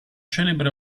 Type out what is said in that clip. celebre